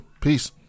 Peace